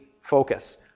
focus